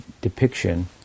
depiction